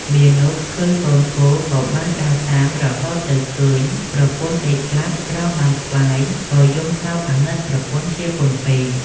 មាណពឃើញកូនគោក៏បានដើរតាមរហូតទៅឃើញប្រពន្ធដេកស្លាប់ក្រោមដើមស្វាយក៏យំសោកអាណិតប្រពន្ធជាពន់ពេក ។